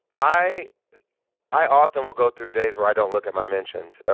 i i often will go through days where i don't look at my mentions,